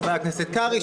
חבר הכנסת קרעי,